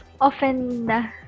often